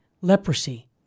leprosy